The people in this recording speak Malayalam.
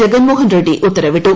ജഗൻ മോഹൻ റെഡി ഉത്തരവിട്ടു